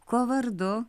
kuo vardu